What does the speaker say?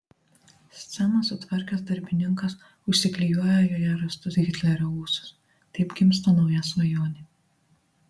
sceną sutvarkęs darbininkas užsiklijuoja joje rastus hitlerio ūsus taip gimsta nauja svajonė